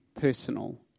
personal